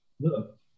Look